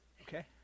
Okay